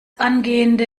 angehende